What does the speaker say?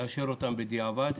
לאשר אותן בדיעבד,